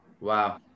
Wow